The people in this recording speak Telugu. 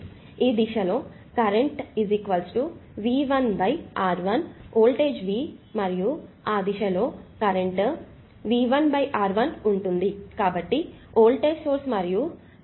ఈ దిశలో current V1 R1 voltage V మరియు ఆ దిశలో కరెంట్ V1R1 ఉంటుంది